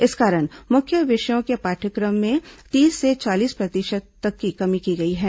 इस कारण मुख्य विषयों के पाठ्यक्रम में तीस से चालीस प्रतिशत की कमी की गई है